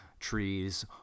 trees